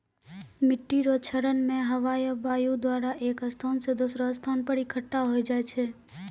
मिट्टी रो क्षरण मे हवा या वायु द्वारा एक स्थान से दोसरो स्थान पर इकट्ठा होय जाय छै